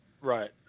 Right